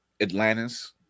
Atlantis